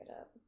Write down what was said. up